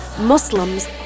Muslims